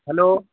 hello